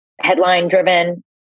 headline-driven